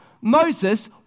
Moses